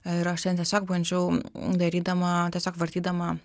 ir aš ten tiesiog bandžiau darydama tiesiog vartydama